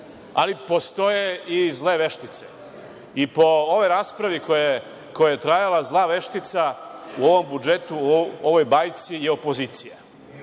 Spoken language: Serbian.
ali postoje i zle veštice. Po ovoj raspravi, zla veštica u ovom budžetu, u ovoj bajci je opozicija.